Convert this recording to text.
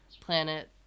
planet